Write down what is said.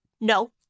No